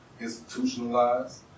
institutionalized